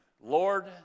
Lord